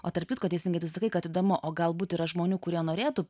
o tarp kitko teisingai tu sakai kad įdomu o galbūt yra žmonių kurie norėtų